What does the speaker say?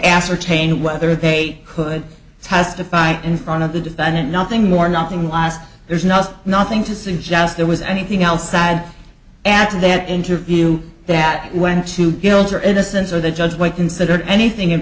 ascertain whether they could testify in front of the defendant nothing more nothing less there's not nothing to suggest there was anything else sad after that interview that went to guilt or innocence or the judge might consider anything